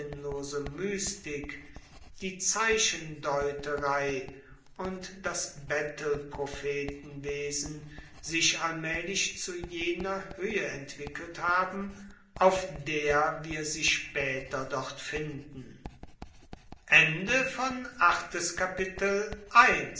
mystik die zeichendeuterei und das bettelprophetenwesen sich allmaehlich zu jener hoehe entwickelt haben auf der wir sie spaeter dort finden